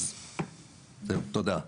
תודה.